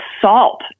salt